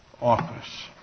office